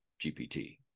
GPT